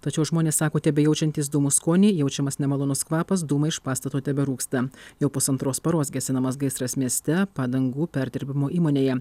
tačiau žmonės sako tebejaučiantys dūmų skonį jaučiamas nemalonus kvapas dūmai iš pastato teberūksta jau pusantros paros gesinamas gaisras mieste padangų perdirbimo įmonėje